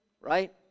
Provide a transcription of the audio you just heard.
right